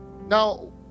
Now